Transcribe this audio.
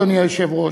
אדוני היושב-ראש.